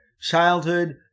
childhood